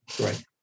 right